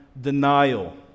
denial